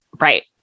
right